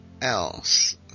else